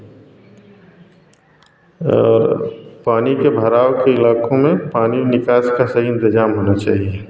और पानी के भराव के इलाकों में पानी निकास का सही इंतजाम होना चाहिए